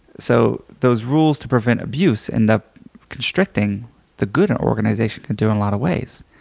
so those rules to prevent abuse end up constricting the good an organization can do in a lot of ways.